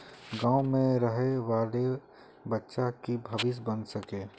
गाँव में रहे वाले बच्चा की भविष्य बन सके?